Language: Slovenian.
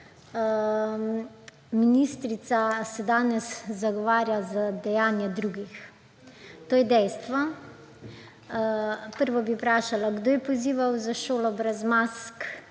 Ministrica se danes zagovarja za dejanja drugih. To je dejstvo. Prvo bi vprašala: Kdo je pozival za šolo brez mask,